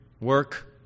work